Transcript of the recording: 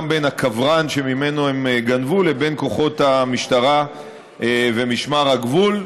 בין הכוורן שממנו הם גנבו לבין כוחות המשטרה ומשמר הגבול.